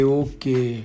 okay